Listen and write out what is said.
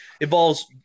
involves